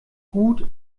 gut